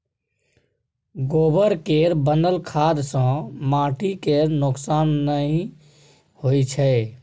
गोबर केर बनल खाद सँ माटि केर नोक्सान नहि होइ छै